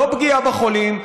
לא פגיעה בחולים,